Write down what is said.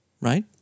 right